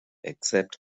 except